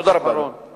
תודה רבה, אדוני.